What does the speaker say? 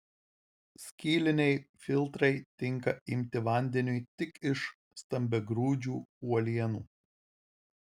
skyliniai filtrai tinka imti vandeniui tik iš stambiagrūdžių uolienų